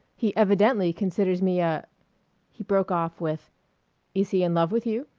he evidently considers me a he broke off with is he in love with you?